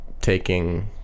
taking